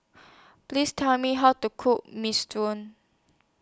Please Tell Me How to Cook Minestrone